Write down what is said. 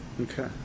Okay